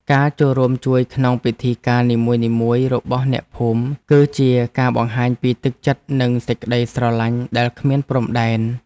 ការចូលរួមជួយក្នុងពិធីការនីមួយៗរបស់អ្នកភូមិ គឺជាការបង្ហាញពីទឹកចិត្តនិងសេចក្ដីស្រឡាញ់ដែលគ្មានព្រំដែន។